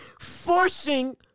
Forcing